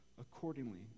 accordingly